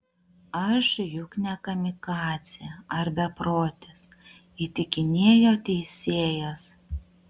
aš juk ne kamikadzė ar beprotis įtikinėjo teisėjas